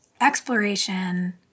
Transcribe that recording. exploration